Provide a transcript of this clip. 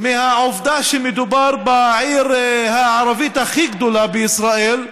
מהעובדה שמדובר בעיר הערבית הכי גדולה בישראל,